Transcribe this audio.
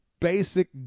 basic